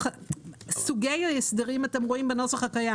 את סוגי ההסדרים אתם רואים בנוסח הקיים.